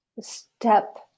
step